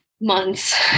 months